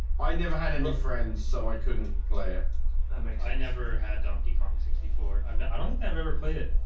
i never had any friends so i couldn't play it that makes i never had donkey kong sixty four. um i don't think i've ever played it